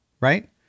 right